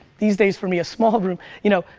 these days for me, a small room. you know,